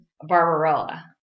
Barbarella